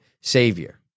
Savior